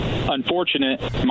unfortunate